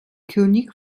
könig